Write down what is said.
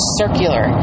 circular